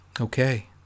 Okay